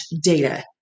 data